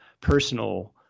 personal